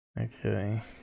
Okay